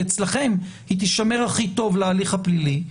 כי אצלכם היא תישמר הכי טוב להליך הפלילי,